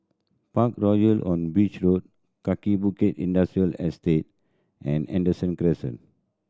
Parkroyal on Beach Road Kaki Bukit Industrial Estate and Henderson Crescent